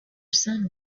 son